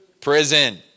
Prison